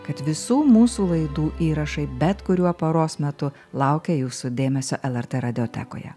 kad visų mūsų laidų įrašai bet kuriuo paros metu laukia jūsų dėmesio lrt radiotekoje